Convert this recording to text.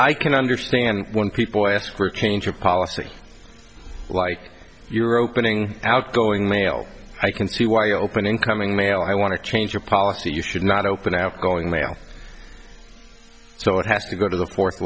i can understand when people ask for a change of policy like your opening outgoing mail i can see why open incoming mail i want to change your policy you should not open outgoing mail so it has to go to the fourth